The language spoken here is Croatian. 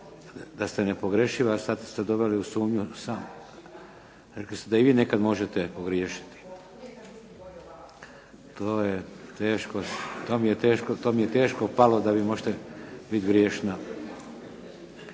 Ingrid nepogrešiva, a sad ste doveli u sumnju. Rekli ste da i vi nekad možete pogriješiti. To mi je teško palo da vi možete biti griješna.